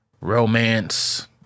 romance